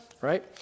right